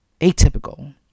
atypical